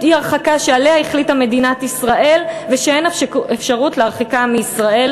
אי-הרחקה שעליה החליטה מדינת ישראל ושאין לה אפשרות להרחיקם מישראל.